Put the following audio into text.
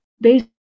based